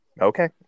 Okay